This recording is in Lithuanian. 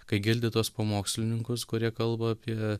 kai girdi tuos pamokslininkus kurie kalba apie